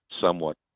somewhat